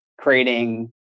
creating